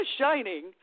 shining